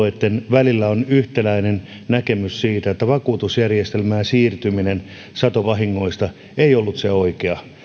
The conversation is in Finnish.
välillä on yhtenäinen näkemys siitä että vakuutusjärjestelmään siirtyminen satovahingoissa ei ollut se oikea ratkaisu